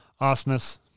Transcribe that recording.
Osmus